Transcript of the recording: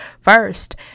first